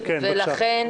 כן, בבקשה.